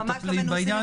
ממש לא מנוסים.